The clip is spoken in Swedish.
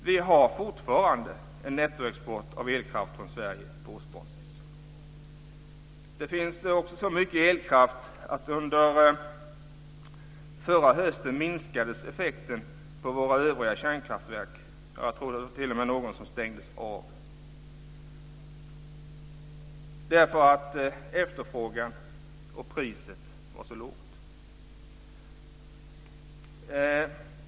Vi har fortfarande en nettoexport av elkraft från Sverige på årsbasis. Det finns så mycket elkraft att effekten på våra övriga kärnkraftverk minskades förra hösten. Jag tror t.o.m. att det var något som stängdes av. Det var för att efterfrågan var så liten och priset så lågt.